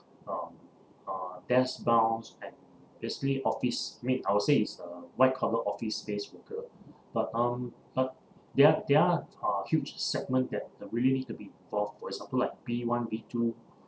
uh uh desk bound and basically office made I would say is uh white collar office space worker but um but there are there are uh huge segment that that really need to be involved for example like b one b two